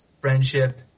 friendship